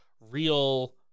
real